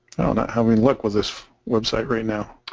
know not how we look with this website right now